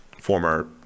former